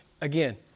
Again